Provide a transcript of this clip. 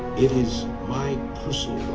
it is my